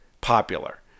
popular